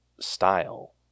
style